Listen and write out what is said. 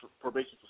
probation